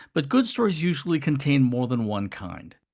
but good stories usually contain more than one kind.